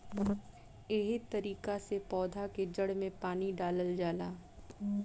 एहे तरिका से पौधा के जड़ में पानी डालल जाला